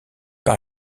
par